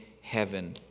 heaven